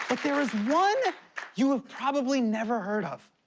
but there is one you have probably never heard of.